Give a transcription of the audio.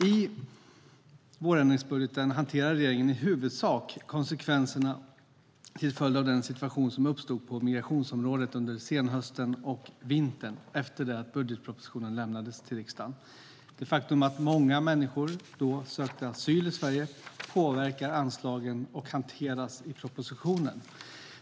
I vårändringsbudgeten hanterar regeringen i huvudsak konsekvenserna till följd av den situation som uppstod på migrationsområdet under senhösten och vintern efter det att budgetpropositionen lämnades till riksdagen. Det faktum att många människor då sökte asyl i Sverige påverkar anslagen och hanteras i propositionen.